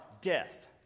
death